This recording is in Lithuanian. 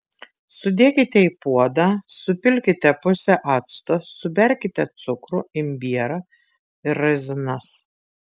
sudėkite į puodą supilkite pusę acto suberkite cukrų imbierą ir razinas